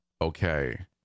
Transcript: Okay